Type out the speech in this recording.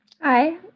Hi